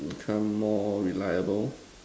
become more reliable